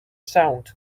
sound